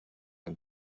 and